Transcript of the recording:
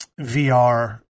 VR